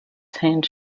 turned